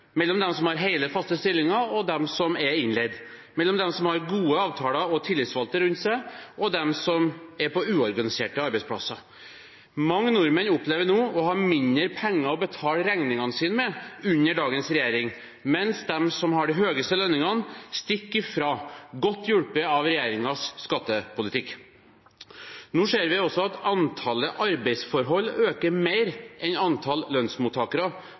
mellom dem som har hele, faste stillinger, og dem som er innleid, mellom dem som har gode avtaler og tillitsvalgte rundt seg, og dem som er på uorganiserte arbeidsplasser. Mange nordmenn opplever å ha mindre penger å betale regningene sine med under dagens regjering, mens de som har de høyeste lønningene, stikker fra – godt hjulpet av regjeringens skattepolitikk. Nå ser vi også at antallet arbeidsforhold øker mer enn antall lønnsmottakere,